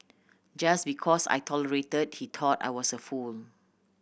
just because I tolerate he thought I was a fool